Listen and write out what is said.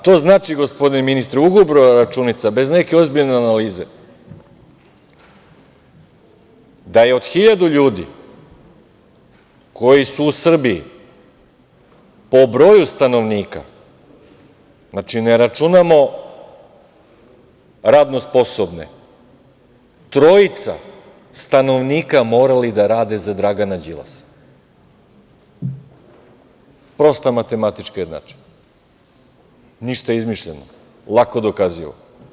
To znači gospodine ministre, u grubo računica, bez neke ozbiljne analize, da je od 1.000 ljudi koji su u Srbiji po broju stanovnika, znači ne računamo radno sposobne, trojica stanovnika morali da rade za Dragana Đilasa, prosta matematička jednačina, ništa izmišljeno, lako dokazivo.